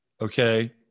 okay